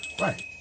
Right